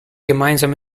gemeinsam